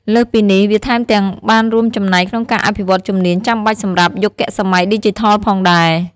លើសពីនេះ វាថែមទាំងបានរួមចំណែកក្នុងការអភិវឌ្ឍជំនាញចាំបាច់សម្រាប់យុគសម័យឌីជីថលផងដែរ។